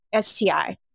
STI